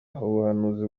ubuhanuzi